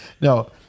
No